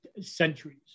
centuries